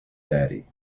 daddy